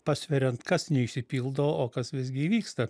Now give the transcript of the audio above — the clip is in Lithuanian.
pasveriant kas neišsipildo o kas visgi įvyksta